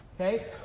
Okay